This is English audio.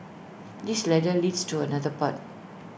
this ladder leads to another path